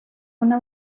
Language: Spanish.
una